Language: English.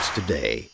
today